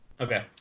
Okay